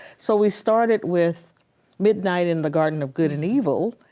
so we started with midnight in the garden of good and evil.